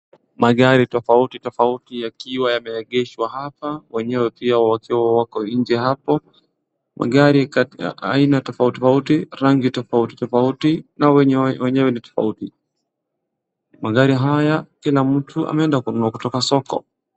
Magari tofauti tofauti yakiwa yameegeshwa hapa wenyewe wakiwa wako nje hapo, magari aina tofauti tofauti rangi tofauti tofauti na wenyewe ni tofauti. Magari haya kila mtu ameenda kununua kutoka soko.